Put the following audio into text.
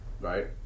right